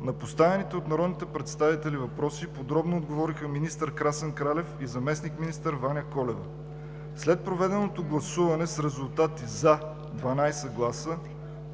На поставените от народните представители въпроси подробно отговориха министър Красен Кралев и заместник-министър Ваня Колева. След проведено гласуване с резултати: „за” – 12 гласа,